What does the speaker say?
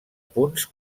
punts